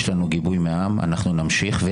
יש לנו גיבוי מהעם ואנחנו נמשיך.